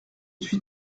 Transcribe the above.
suis